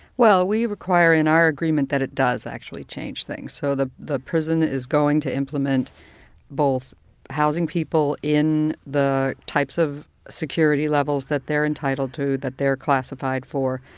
we require in our agreement that it does actually change things. so, the the prison is going to implement both housing people in the types of security levels that they're entitled to, that they're classified for.